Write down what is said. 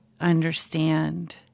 understand